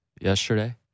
yesterday